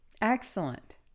Excellent